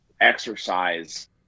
exercise